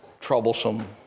troublesome